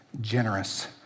generous